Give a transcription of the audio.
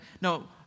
No